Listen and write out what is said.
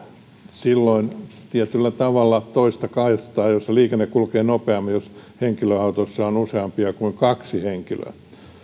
silloin tietyllä tavalla toista kaistaa jossa liikenne kulkee nopeammin jos henkilöautossa on useampi kuin kaksi henkilöä